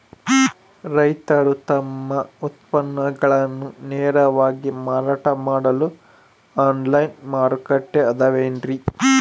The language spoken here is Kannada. ರೈತರು ತಮ್ಮ ಉತ್ಪನ್ನಗಳನ್ನ ನೇರವಾಗಿ ಮಾರಾಟ ಮಾಡಲು ಆನ್ಲೈನ್ ಮಾರುಕಟ್ಟೆ ಅದವೇನ್ರಿ?